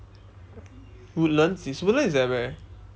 woodlands is woodlands is at where